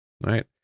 right